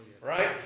right